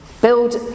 build